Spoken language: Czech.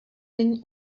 není